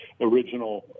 original